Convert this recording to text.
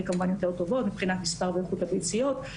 טובות יותר מבחינת מספר ואיכות הביציות,